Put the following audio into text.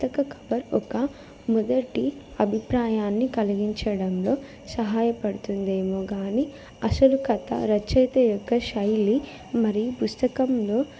పుస్తక కవర్ ఒక మొదటి అభిప్రాయాన్ని కలిగించడంలో సహాయపడుతుందేమో కానీ అసలు కథ రచయిత యొక్క శైలి మరి పుస్తకంలో